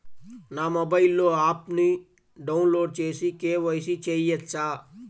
నా మొబైల్లో ఆప్ను డౌన్లోడ్ చేసి కే.వై.సి చేయచ్చా?